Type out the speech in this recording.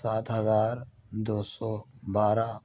سات ہزار دو سو بارہ